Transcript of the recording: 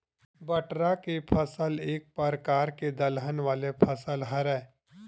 बटरा के फसल एक परकार के दलहन वाले फसल हरय